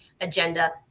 agenda